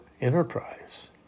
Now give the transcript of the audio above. enterprise